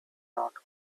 not